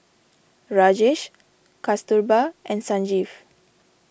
Rajesh Kasturba and Sanjeev